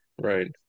right